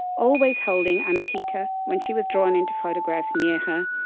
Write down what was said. always holding anahita when she was drawn into photographs near her,